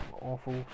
awful